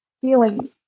feeling